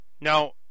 Now